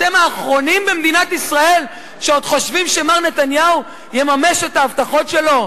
אתם האחרונים במדינת ישראל שעוד חושבים שמר נתניהו יממש את ההבטחות שלו?